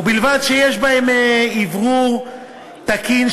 ובלבד שיש בהם אוורור תקין,